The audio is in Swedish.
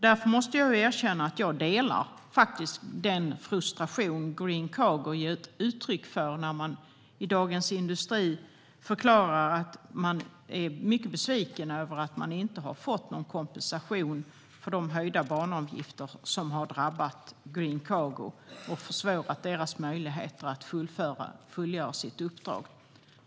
Därför måste jag erkänna att jag delar den frustration Green Cargo ger uttryck för när man i Dagens industri förklarar att man är mycket besviken över att man inte har fått någon kompensation för de höjda banavgifter som har drabbat Green Cargo och försvårat deras möjligheter att fullgöra sitt uppdrag.